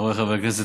חבריי חברי הכנסת,